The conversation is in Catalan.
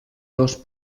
dos